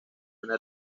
una